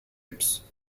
rups